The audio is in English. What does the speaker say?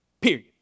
Period